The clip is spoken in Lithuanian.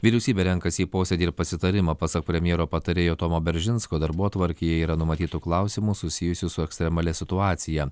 vyriausybė renkasi į posėdį ir pasitarimą pasak premjero patarėjo tomo beržinsko darbotvarkėje yra numatytų klausimų susijusių su ekstremalia situacija